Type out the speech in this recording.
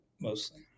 mostly